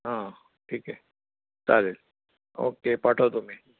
हां ठीक आहे चालेल ओके पाठवतो मी